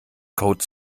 code